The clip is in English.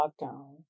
lockdown